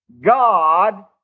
God